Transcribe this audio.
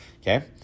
okay